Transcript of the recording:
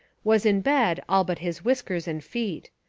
was in bed all but his whiskers and feet.